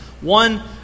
One